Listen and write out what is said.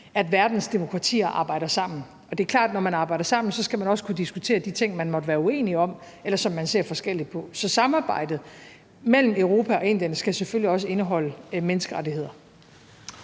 at verdens demokratier arbejder sammen. Det er klart, at når man arbejder sammen, skal man også kunne diskutere de ting, man måtte være uenig om, eller som man ser forskelligt på. Så samarbejdet mellem Europa og Indien skal selvfølgelig også indholde menneskerettigheder.